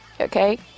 Okay